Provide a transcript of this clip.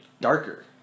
darker